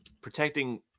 protecting